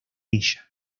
ella